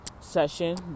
session